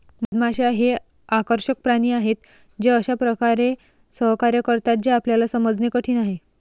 मधमाश्या हे आकर्षक प्राणी आहेत, ते अशा प्रकारे सहकार्य करतात जे आपल्याला समजणे कठीण आहे